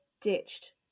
ditched